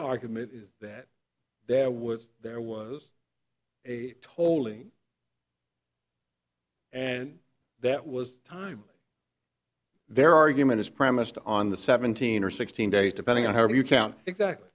argument is that there was there was a tolling and that was time their argument is premised on the seventeen or sixteen days depending on how you count exactly